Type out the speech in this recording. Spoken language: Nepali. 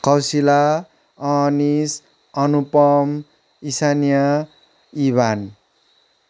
कौशिला अनिश अनुपम इसान्या इभान